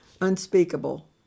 unspeakable